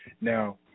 Now